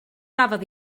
gafodd